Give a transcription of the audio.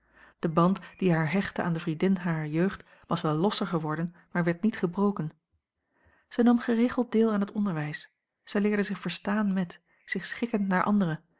de band die haar hechtte aan de vriendin harer jeugd was wel losser geworden maar werd niet gebroken zij nam geregeld deel aan het onderwijs zij leerde zich verstaan met zich schikken naar anderen